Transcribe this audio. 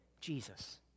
Jesus